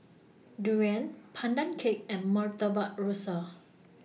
Durian Pandan Cake and Murtabak Rusa